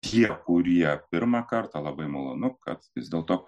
tie kurie pirmą kartą labai malonu kad vis dėlto